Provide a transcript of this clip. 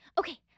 okay